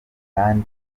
kandi